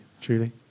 Julie